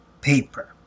Paper